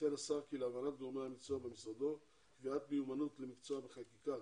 ציין השר כי להבנת גורמי המקצוע במשרדו קביעת מיומנות למקצוע בחקיקה,